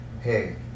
hey